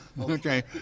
okay